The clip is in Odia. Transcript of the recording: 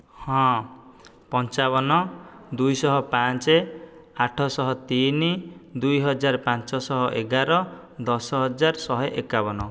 ହଁ ପଞ୍ଚାବନ ଦୁଇଶହ ପାଞ୍ଚ ଆଠଶହ ତିନି ଦୁଇ ହଜାର ପାଞ୍ଚଶହ ଏଗାର ଦଶ ହଜାର ଶହେ ଏକାବନ